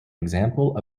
example